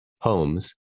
homes